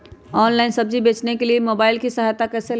Online सब्जी बेचने के लिए मोबाईल की सहायता कैसे ले?